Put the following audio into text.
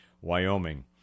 Wyoming